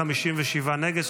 57 נגד.